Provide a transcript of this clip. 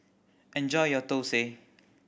enjoy your thosai